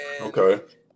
Okay